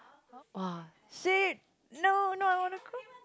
!wah! shit no no I want to go